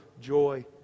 joy